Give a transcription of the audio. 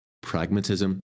pragmatism